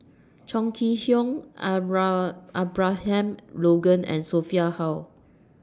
Chong Kee Hiong Abra Abraham Logan and Sophia Hull